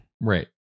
right